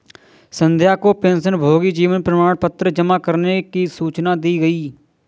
संध्या को पेंशनभोगी जीवन प्रमाण पत्र जमा करने की सूचना दी गई